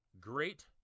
great